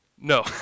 No